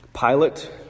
Pilate